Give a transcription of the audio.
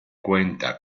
cuenta